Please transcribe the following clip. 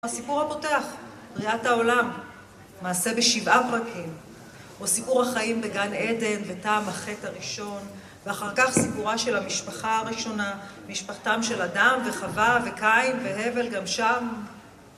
הסיפור הפותח, בריאת העולם, מעשה בשבעה פרקים, או סיפור החיים בגן עדן וטעם החטא הראשון, ואחר כך סיפורה של המשפחה הראשונה, משפחתם של אדם וחווה וקין והבל גם שם